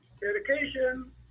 dedication